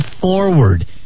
forward